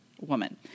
woman